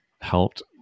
helped